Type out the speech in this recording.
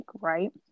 right